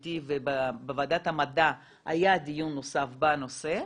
אמיתי ובוועדת המדע היה דיון נוסף בנושא,